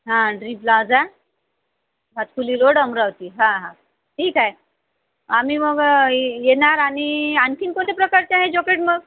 हा dream plaza Bhatkuli road Amravati हा हा ठीक आहे आम्ही मग येणार आणि आणखी कोणत्या प्रकारचे आहेत जॉकेट मग